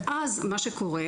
ואז מה שקורה,